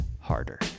harder